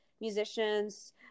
musicians